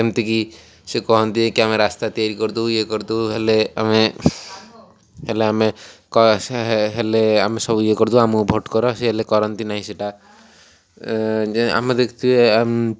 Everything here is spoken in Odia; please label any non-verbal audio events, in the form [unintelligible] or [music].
ଯେମିତିକି ସେ କହନ୍ତି କି ଆମେ ରାସ୍ତା ତିଆରି କରିଦେବୁ ଇଏ କରିଦେବୁ ହେଲେ ଆମେ ହେଲେ ଆମେ ହେଲେ [unintelligible] ଆମେ ସବୁ ଇଏ କରିଦେଉ ଆମକୁ ଭୋଟ୍ କର ସିଏ ହେଲେ କରନ୍ତିନି ସେଇଟା କରନ୍ତି ନାହିଁ [unintelligible]